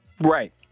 Right